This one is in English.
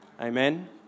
Amen